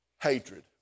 hatred